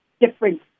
different